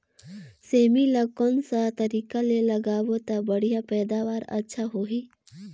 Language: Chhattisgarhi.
सेमी ला कोन सा तरीका ले लगाबो ता बढ़िया पैदावार अच्छा होही?